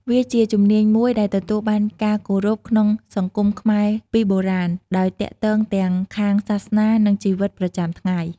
វាជាជំនាញមួយដែលទទួលបានការគោរពក្នុងសង្គមខ្មែរពីបុរាណ ដោយទាក់ទងទាំងខាងសាសនា និងជីវិតប្រចាំថ្ងៃ។